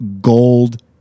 gold